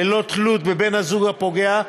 ללא תלות בבן-הזוג הפוגע,